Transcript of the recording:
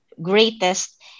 greatest